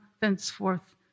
thenceforth